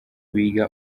biga